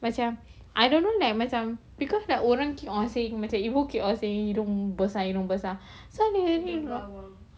macam I don't know like macam because like orang keep on saying macam ibu keep on saying hidung besar hidung besar so